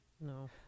No